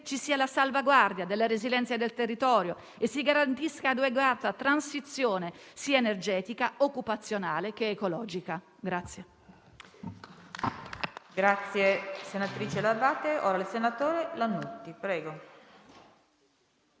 ci sia la salvaguardia della resilienza del territorio e si garantisca un'adeguata transizione sia energetica che occupazionale ed ecologica.